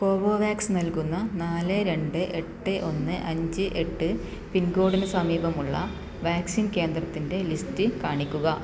Covovax നൽകുന്ന നാല് രണ്ട് എട്ട് ഒന്നേ അഞ്ച് എട്ട് പിൻകോഡിന് സമീപമുള്ള വാക്സിൻ കേന്ദ്രത്തിൻ്റെ ലിസ്റ്റ് കാണിക്കുക